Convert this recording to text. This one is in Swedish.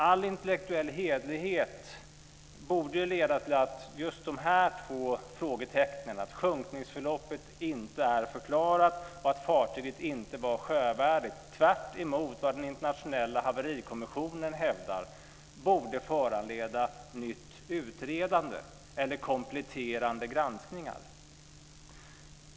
All intellektuell hederlighet säger att just de två frågetecknen att sjunkningsförloppet inte är förklarat och att fartyget inte var sjövärdigt - tvärtemot vad den internationella haverikommissionen hävdar - borde föranleda nytt utredande eller kompletterande granskningar.